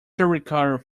ricardo